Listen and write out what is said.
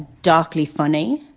darkly funny.